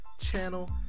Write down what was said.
channel